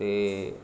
ते